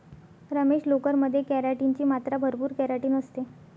रमेश, लोकर मध्ये केराटिन ची मात्रा भरपूर केराटिन असते